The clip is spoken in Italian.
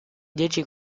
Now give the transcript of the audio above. dieci